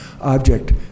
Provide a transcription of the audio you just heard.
object